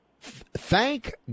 Thank